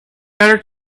better